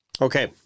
Okay